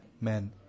men